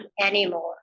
anymore